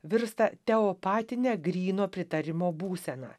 virsta teopatine gryno pritarimo būsena